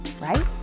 Right